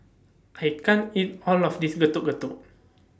I can't eat All of This Getuk Getuk